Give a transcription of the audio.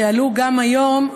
שעלו גם היום,